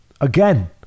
again